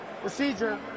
procedure